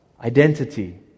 Identity